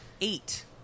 eight